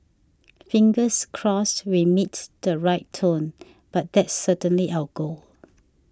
fingers crossed we meet the right tone but that's certainly our goal